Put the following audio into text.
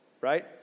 right